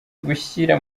gushyira